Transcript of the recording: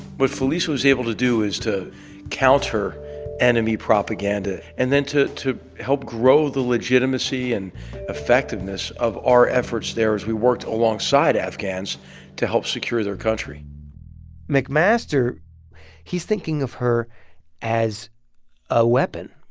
what felisa was able to do is to counter enemy propaganda and then to to help grow the legitimacy and effectiveness of our efforts there as we worked alongside afghans to help secure their country mcmaster he's thinking of her as a weapon.